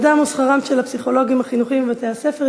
מעמדם ושכרם של הפסיכולוגים החינוכיים בבתי-הספר,